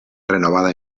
renovada